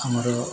ଆମର